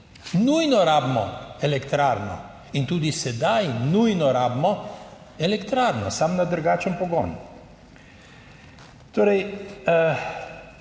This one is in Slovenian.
Nujno rabimo elektrarno. In tudi sedaj nujno rabimo elektrarno, samo na drugačen pogon.